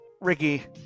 Ricky